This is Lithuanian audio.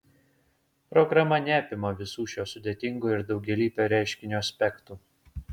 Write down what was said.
programa neapima visų šio sudėtingo ir daugialypio reiškinio aspektų